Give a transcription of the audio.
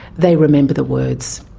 they remember the words.